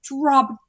drop